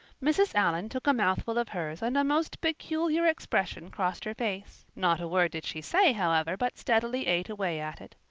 mrs. allan took a mouthful of hers and a most peculiar expression crossed her face not a word did she say, however, but steadily ate away at it.